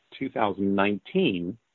2019